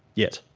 yet.